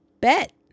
bet